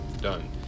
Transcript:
done